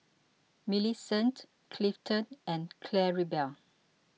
Millicent Clifton and Claribel